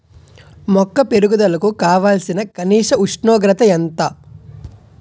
మొక్క పెరుగుదలకు కావాల్సిన కనీస ఉష్ణోగ్రత ఎంత?